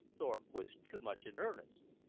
thorpe was too much in earnest.